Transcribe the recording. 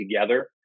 together